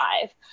five